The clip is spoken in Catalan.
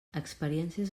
experiències